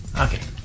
okay